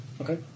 Okay